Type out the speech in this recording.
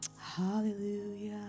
Hallelujah